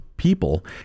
people